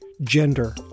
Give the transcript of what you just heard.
gender